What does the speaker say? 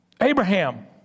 Abraham